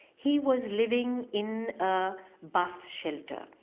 he was living in a bus shelter,